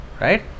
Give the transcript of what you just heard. right